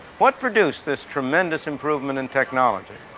what produced this tremendous improvement in technology?